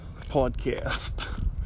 Podcast